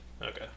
Okay